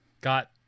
got